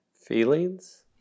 Feelings